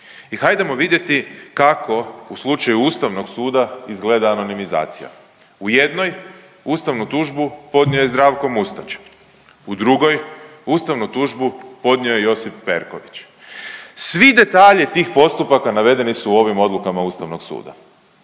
i hajdemo vidjeti kako u slučaju Ustavnog suda izgleda anonimizacija. U jednoj ustavnu tužbu podnio je Zdravko Mustač, u drugoj ustavnu tužbu podnio je Josip Perković. Svi detalji tih postupaka navedeni su ovim odlukama Ustavnog suda.